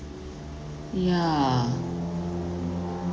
yeah